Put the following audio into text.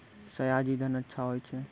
सयाजी धान अच्छा होय छै?